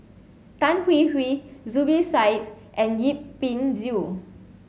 Tan Hwee Hwee Zubir Said and Yip Pin Xiu